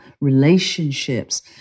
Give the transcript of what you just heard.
relationships